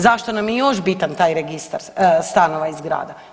Zašto nam je još bitan taj registar stanova i zgrada?